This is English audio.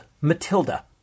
Matilda